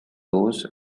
those